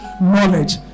Knowledge